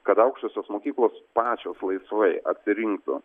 kad aukštosios mokyklos pačios laisvai atrinktų